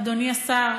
אדוני השר,